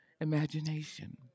imagination